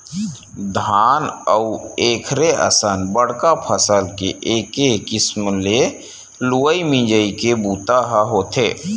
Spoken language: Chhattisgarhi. धान अउ एखरे असन बड़का फसल के एके किसम ले लुवई मिजई के बूता ह होथे